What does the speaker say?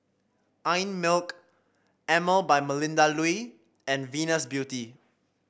Einmilk Emel by Melinda Looi and Venus Beauty